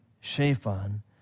Shaphan